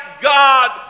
God